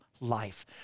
life